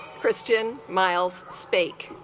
christian miles spake